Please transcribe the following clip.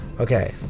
Okay